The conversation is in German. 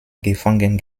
gefangen